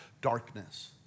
darkness